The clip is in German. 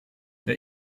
der